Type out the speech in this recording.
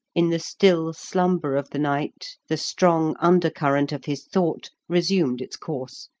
in the still slumber of the night the strong undercurrent of his thought resumed its course,